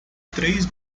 três